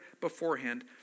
beforehand